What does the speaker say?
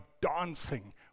dancing